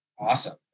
Awesome